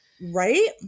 Right